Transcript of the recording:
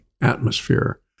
atmosphere